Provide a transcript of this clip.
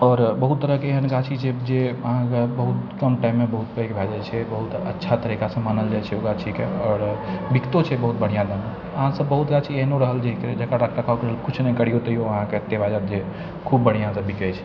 आओर बहुत तरहके एहन गाछी छै जे अहाँके बहुत कम टाइममे बहुत पैघ भए जाइ छै बहुत अच्छा तरीकासँ मानल जाइ छै ओ गाछीके आओर दिखतो छै बहुत बढ़िआँ जेना बहुत गाछी एहनो रहल जेकरा रख रखाव कुछ नहि करियौ तैयो अहाँके लागत जे खूब बढ़िआँसँ बिक जाइ छै